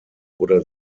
oder